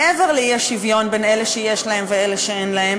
מעבר לאי-שוויון בין אלה שיש להם לאלה שאין להם,